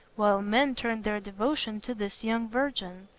while men turned their devotion to this young virgin.